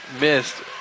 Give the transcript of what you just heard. missed